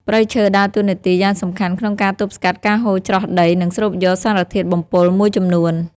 ព្រៃឈើដើរតួនាទីយ៉ាងសំខាន់ក្នុងការទប់ស្កាត់ការហូរច្រោះដី និងស្រូបយកសារធាតុបំពុលមួយចំនួន។